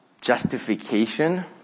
Justification